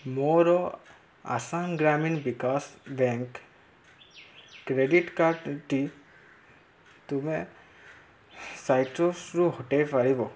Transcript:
ମୋର Assam Gramin Vikas bank credit କାର୍ଡ଼୍ଟି ତୁମେ ସାଇଟ୍ରସ୍ରୁ ହଟାଇ ପାରିବ